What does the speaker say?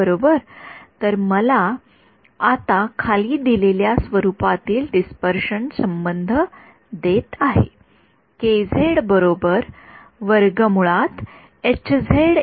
बरोबर तर हे आता मला खाली दिलेल्या स्वरूपातील डिस्पर्शन संबंध देत आहे